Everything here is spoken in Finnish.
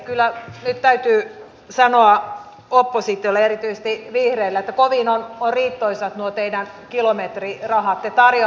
kyllä nyt täytyy sanoa oppositiolle erityisesti vihreille että kovin ovat riittoisat nuo teidän kilometrirahat